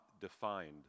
defined